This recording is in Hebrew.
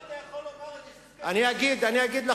איך אתה יכול לומר, אני אגיד לך.